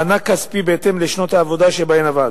מענק כספי בהתאם לשנות העבודה שבהן עבד.